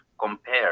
compare